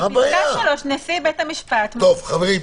בפסקה (3) נשיא בית המשפט --- חברים,